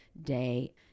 day